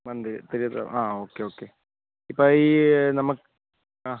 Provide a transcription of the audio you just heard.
monthly three thou ആ okay okay ഇപ്പം ഈ നമു ആ